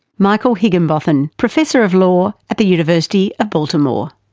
michael higginbotham, professor of law at the university of baltimore.